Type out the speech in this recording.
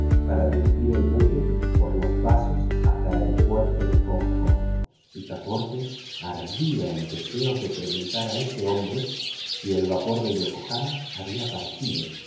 para dirigir el buque por los pasos hasta el puerto de hong kong picaporte ardía en deseos de preguntar a ese hombre si el vapor de yokohama había partido